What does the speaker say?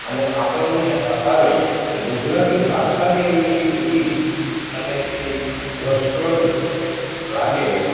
અને આપણને હસાવે એટલે ગુજરાતી ભાષા જ એક એવી મીઠી અને રસપ્રદ લાગે